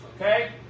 okay